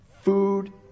Food